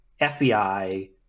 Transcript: FBI